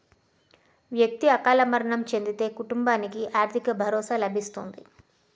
వ్యక్తి అకాల మరణం చెందితే కుటుంబానికి ఆర్థిక భరోసా లభిస్తుంది